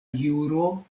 juro